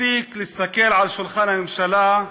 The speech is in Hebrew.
מספיק להסתכל על שולחן הממשלה,